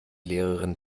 lehrerin